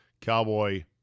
Cowboy